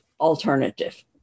alternative